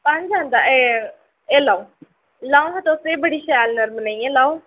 पंज औंदा ए एह् लैओ लैओ हां तुस एह् बड़ी शैल नर्म नेही ऐ लैओ